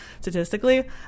statistically